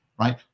right